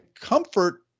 comfort